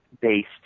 based